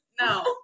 No